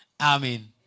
Amen